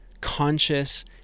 conscious